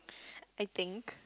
I think